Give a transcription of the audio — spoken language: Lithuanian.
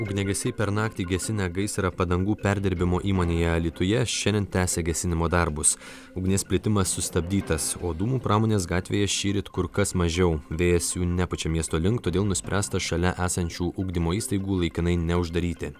ugniagesiai per naktį gesinę gaisrą padangų perdirbimo įmonėje alytuje šiandien tęsia gesinimo darbus ugnies plitimas sustabdytas o dūmų pramonės gatvėje šįryt kur kas mažiau vėjas jų nepučia miesto link todėl nuspręsta šalia esančių ugdymo įstaigų laikinai neuždaryti